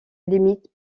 limite